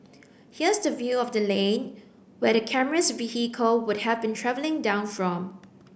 here's the view of the lane where the camera's vehicle would have been travelling down from